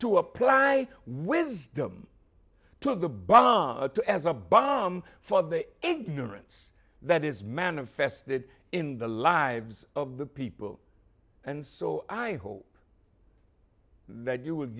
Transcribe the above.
to apply wisdom to the bomb as a bomb for the ignorance that is manifested in the lives of the people and so i hope that you w